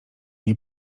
nie